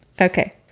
Okay